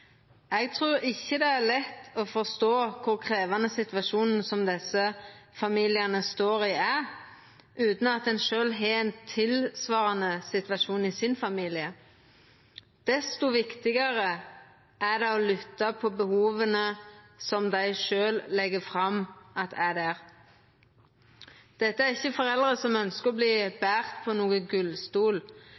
lett å forstå kor krevjande situasjonen som desse familiane står i, er, utan at ein sjølv har ein tilsvarande situasjon i sin familie. Desto viktigare er det å lytta til dei når dei legg fram dei behova dei har. Dette er ikkje foreldre som ønskjer å verta borne på gullstol.